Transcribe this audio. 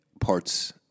parts